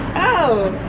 oh.